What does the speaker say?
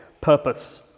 purpose